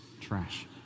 Trash